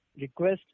request